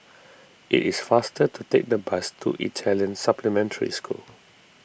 it is faster to take the bus to Italian Supplementary School